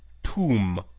tomb,